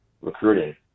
recruiting